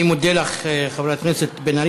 אני מודה לך, חברת הכנסת בן ארי.